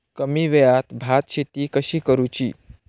कमी वेळात भात शेती कशी करुची?